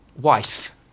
Wife